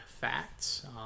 facts